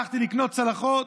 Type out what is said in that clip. הלכתי לקנות צלחות,